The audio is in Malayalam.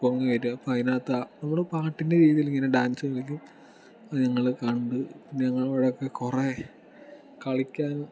പൊങ്ങി വരിക അപ്പോൾ അതിനകത്ത് പാട്ടിൻ്റെ രീതിയിൽ ഇങ്ങനെ ഡാൻസ് കളിക്കും അത് ഞങ്ങൾ കണ്ട് ഞങ്ങൾ അവിടെയൊക്കെ കുറെ കളിക്കാനും